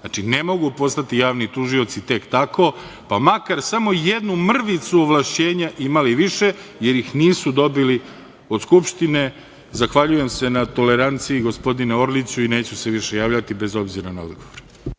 Znači, ne mogu postati javni tužioci tek tako pa makar samo jednu mrvicu ovlašćenja imali više, jer ih nisu dobili od Skupštine. Zahvaljujem se na toleranciji, gospodine Orliću, i neću se više javljati bez obzira na odgovor.